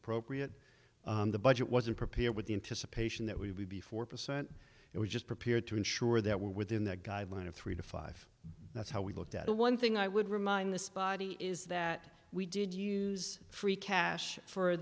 appropriate the budget wasn't prepared with the into suppression that would be four percent it was just prepared to ensure that we're within that guideline of three to five that's how we looked at the one thing i would remind the spotty is that we did use free cash for